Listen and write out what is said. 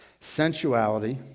sensuality